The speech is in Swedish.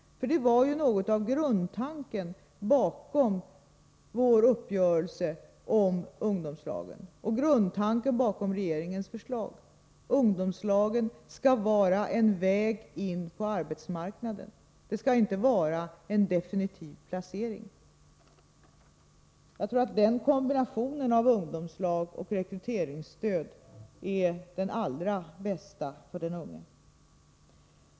Det var ju något av en grundtanke bakom vår uppgörelse om ungdomslagen och grundtanken bakom regeringens förslag. Ungdomslagen skall vara en väg in på arbetsmarknaden — inte en definitiv placering. Jag tror att kombinationen av ungdomslag och rekryteringsstöd är den allra bästa för den unge.